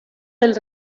del